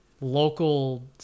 local